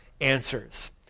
answers